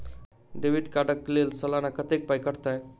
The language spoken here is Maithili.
डेबिट कार्ड कऽ लेल सलाना कत्तेक पाई कटतै?